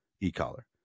e-collar